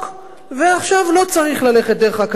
ועכשיו לא צריך ללכת דרך האקדמיה למדעים,